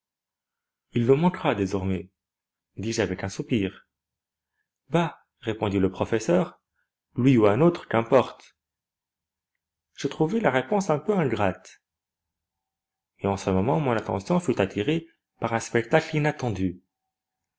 il nous manquera désormais dis-je avec un soupir bah répondit le professeur lui ou un autre qu'importe je trouvai la réponse un peu ingrate mais en ce moment mon attention fut attirée par un spectacle inattendu